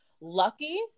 Lucky